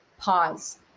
pause